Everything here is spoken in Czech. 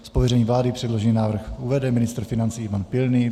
Z pověření vlády předložený návrh uvede ministr financí Ivan Pilný.